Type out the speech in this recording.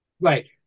right